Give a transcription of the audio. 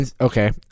Okay